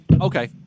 Okay